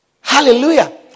Hallelujah